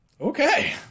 Okay